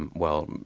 and well,